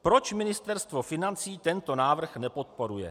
Proč Ministerstvo financí tento návrh nepodporuje?